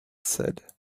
said